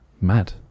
Mad